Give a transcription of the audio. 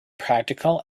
practical